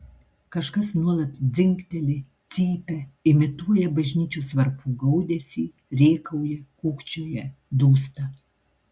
kažkas nuolat dzingteli cypia imituoja bažnyčios varpų gaudesį rėkauja kūkčioja dūsta